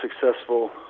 successful